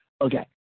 okay